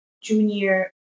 junior